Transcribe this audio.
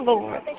Lord